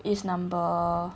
is number